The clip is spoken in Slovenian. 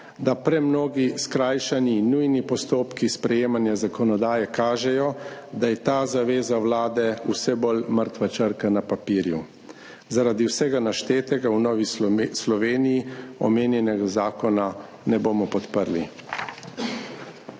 da premnogi skrajšani, nujni postopki sprejemanja zakonodaje kažejo, da je zaveza Vlade vse bolj mrtva črka na papirju. Zaradi vsega naštetega v Novi Sloveniji omenjenega zakona ne bomo podprli.